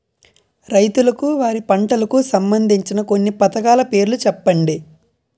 రైతులకు వారి పంటలకు సంబందించిన కొన్ని పథకాల పేర్లు చెప్పండి?